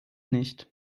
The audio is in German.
nicht